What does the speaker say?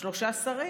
שלושה שרים.